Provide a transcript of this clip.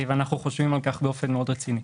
אנחנו חושבים על כך באופן מאוד רציני.